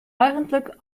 eigentlik